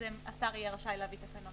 אז השר יהיה רשאי להביא תקנות.